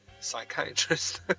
psychiatrist